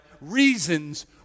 reasons